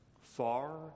far